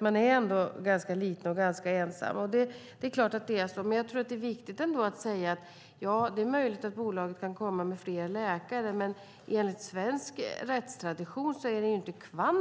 Man är ändå ganska liten och ganska ensam. Det är klart att det är så. Jag tror ändå att det är viktigt att säga att ja, det är möjligt att bolaget kan komma med fler läkare, men enligt svensk rättstradition är det inte kvantiteten